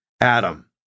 Adam